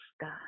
God